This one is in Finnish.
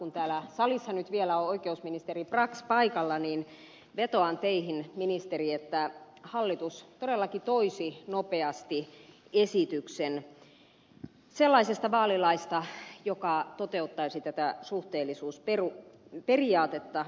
kun täällä salissa nyt vielä on oikeusministeri brax paikalla niin vetoan teihin ministeri että hallitus todellakin toisi nopeasti esityksen sellaisesta vaalilaista joka toteuttaisi tätä suhteellisuusperiaatetta